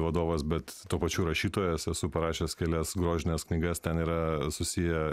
vadovas bet tuo pačiu ir rašytojas esu parašęs kelias grožines knygas ten yra susiję